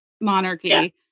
monarchy